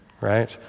right